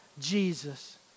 Jesus